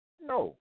No